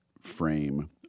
frame